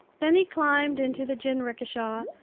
then he climbed into the jinrikisha,